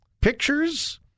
Pictures